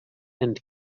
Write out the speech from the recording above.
and